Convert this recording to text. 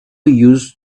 used